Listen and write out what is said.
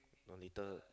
then later